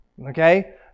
Okay